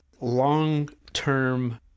long-term